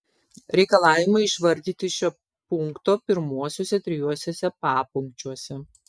reikalavimai išvardyti šio punkto pirmuosiuose trijuose papunkčiuose